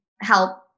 help